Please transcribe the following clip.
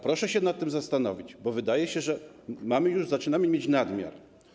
Proszę się nad tym zastanowić, bo wydaje się, że zaczynamy mieć nadmiar.